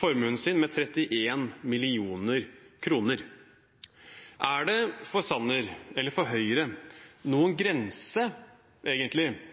formuen sin med 31 mill. kr. Er det for Sanner og Høyre egentlig noen grense